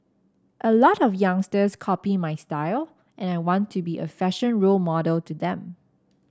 a lot of youngsters copy my style and I want to be a fashion role model to them